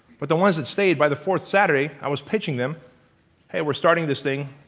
but the ones that stayed, by the fourth saturday, i was pitching them hey, we're starting this thing